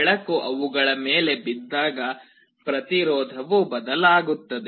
ಬೆಳಕು ಅವುಗಳ ಮೇಲೆ ಬಿದ್ದಾಗ ಪ್ರತಿರೋಧವು ಬದಲಾಗುತ್ತದೆ